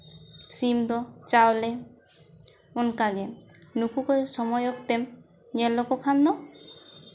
ᱥᱤᱢ ᱫᱚ ᱪᱟᱣᱞᱮ ᱚᱱᱠᱟᱜᱮ ᱱᱩᱠᱩ ᱠᱚ ᱥᱚᱢᱚᱭ ᱚᱠᱛᱮᱢ ᱧᱮᱞ ᱞᱮᱠᱚ ᱠᱷᱟᱱ ᱫᱚ